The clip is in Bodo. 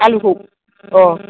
आलुखौ अह